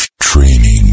training